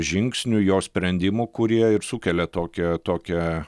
žingsnių jo sprendimų kurie ir sukelia tokią tokią